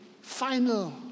final